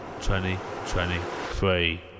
2023